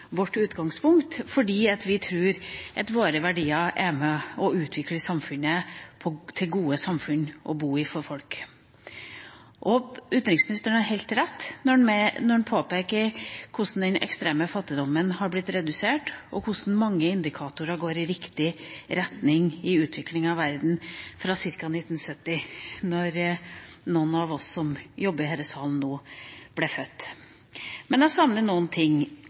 samfunnet – til gode samfunn å bo i for folk. Utenriksministeren har helt rett når han påpeker hvordan den ekstreme fattigdommen er blitt redusert, og hvordan mange indikatorer går i riktig retning i utviklinga av verden fra ca. 1970, da noen av oss som jobber her i salen nå, ble født. Men jeg savner